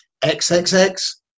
XXX